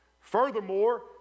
furthermore